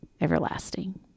everlasting